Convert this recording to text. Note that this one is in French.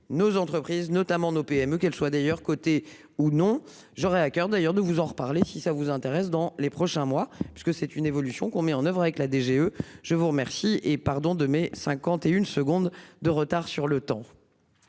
nos entreprises notamment nos PME qu'elle soit d'ailleurs côté ou non. J'aurai à coeur d'ailleurs de vous en reparler. Si ça vous intéresse dans les prochains mois parce que c'est une évolution qu'on met en oeuvre avec la DGE. Je vous remercie et pardon de mai 51 secondes de retard sur le temps.